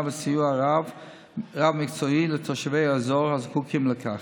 וסיוע רב-מקצועי לתושבי האזור הזקוקים לכך.